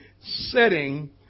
setting